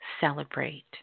celebrate